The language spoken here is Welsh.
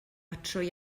trwy